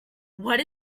what